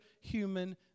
human